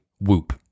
Whoop